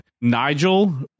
Nigel